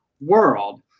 world